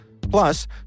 Plus